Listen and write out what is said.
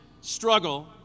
struggle